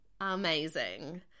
amazing